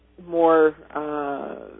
more